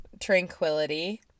tranquility